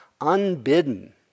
unbidden